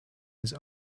his